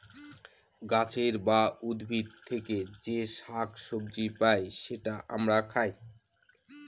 গাছের বা উদ্ভিদ থেকে যে শাক সবজি পাই সেটা আমরা খাই